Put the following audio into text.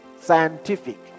scientific